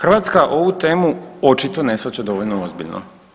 Hrvatska ovu temu očito ne shvaća dovoljno ozbiljno.